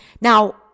Now